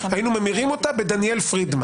היינו ממירים אותה בדניאל פרידמן